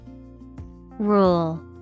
Rule